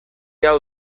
hau